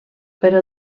però